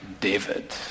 David